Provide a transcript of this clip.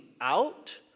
out